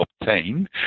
obtain